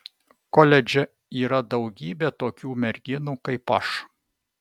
koledže yra daugybė tokių merginų kaip aš